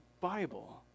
Bible